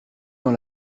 dans